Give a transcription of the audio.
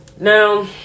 Now